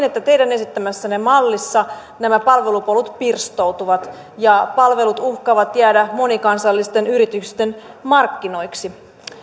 että teidän esittämässänne mallissa nämä palvelupolut pirstoutuvat ja palvelut uhkaavat jäädä monikansallisten yritysten markkinoiksi